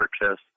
purchase